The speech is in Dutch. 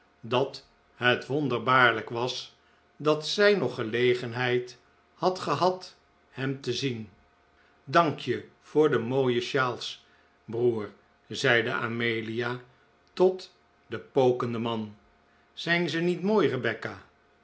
dat het wonderbaarlijk was dat zij nog gelegenheid had gehad hem te zien dank je voor de mooie sjaals broer zeide amelia tot den pokenden man zijn ze niet mooi rebecca